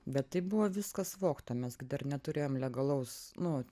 bet tai buvo viskas vogta mes gi dar neturėjom legalaus nu